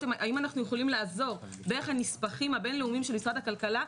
האם אנחנו יכולים לעזור דרך הנספחים הבין-לאומיים של משרד הכלכלה,